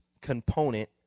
component